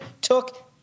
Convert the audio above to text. took